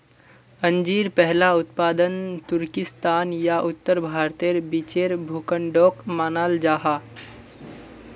अंजीर पहला उत्पादन तुर्किस्तान या उत्तर भारतेर बीचेर भूखंडोक मानाल जाहा